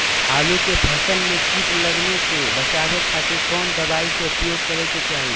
आलू के फसल में कीट लगने से बचावे खातिर कौन दवाई के उपयोग करे के चाही?